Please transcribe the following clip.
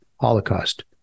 Holocaust